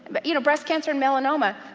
but you know, breast cancer and melanoma,